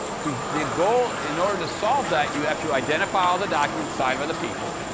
to the goal in order to solve that, you have to identify all the documents signed by the people.